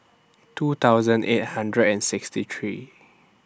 two thousand eight hundred and sixty three